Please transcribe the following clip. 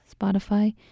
Spotify